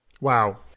Wow